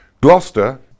Gloucester